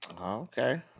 Okay